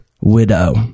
Widow